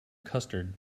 custard